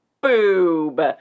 Boob